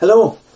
Hello